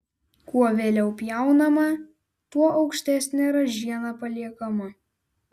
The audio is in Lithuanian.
kuo vėliau pjaunama tuo aukštesnė ražiena paliekama